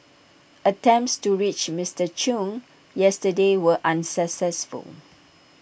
attempts to reach Mister chung yesterday were unsuccessful